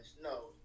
No